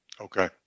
Okay